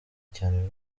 cyane